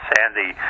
Sandy